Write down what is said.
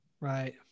right